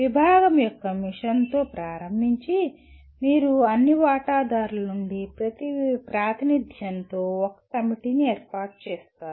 విభాగం యొక్క మిషన్తో ప్రారంభించి మీరు అన్ని వాటాదారుల నుండి ప్రాతినిధ్యంతో ఒక కమిటీని ఏర్పాటు చేస్తారు